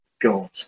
god